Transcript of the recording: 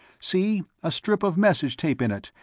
see, a strip of message tape in it,